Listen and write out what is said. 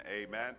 amen